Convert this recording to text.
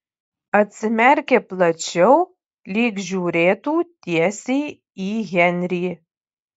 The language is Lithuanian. atsimerkė plačiau lyg žiūrėtų tiesiai į henrį